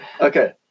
Okay